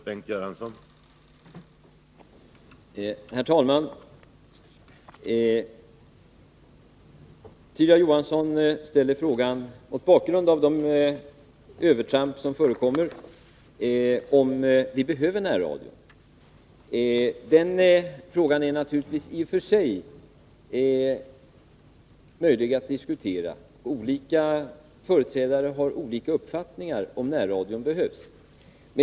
Herr talman! Tyra Johansson ställer frågan —- mot bakgrund av de övertramp som förekommer — om vi behöver närradio. Den frågan är naturligtvis i och för sig möjlig att diskutera. Olika företrädare har olika uppfattningar om huruvida närradion behövs.